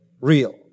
real